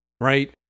right